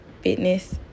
fitness